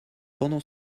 pendant